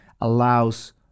allows